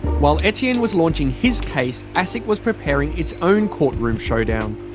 while etienne was launching his case, asic was preparing its own courtroom showdown.